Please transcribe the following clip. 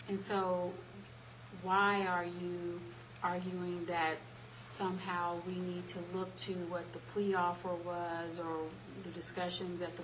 and so why are you arguing that somehow we need to look to what the plea offer was or are the discussions at the